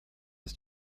ist